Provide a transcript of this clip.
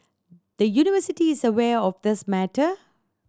the university is aware of this matter